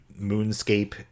moonscape